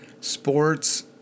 Sports